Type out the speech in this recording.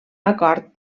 acord